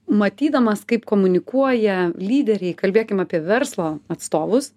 matydamas kaip komunikuoja lyderiai kalbėkim apie verslo atstovus